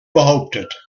behauptet